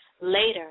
Later